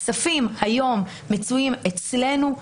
היום הכספים מצויים אצלנו,